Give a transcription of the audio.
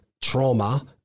trauma